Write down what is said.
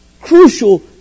crucial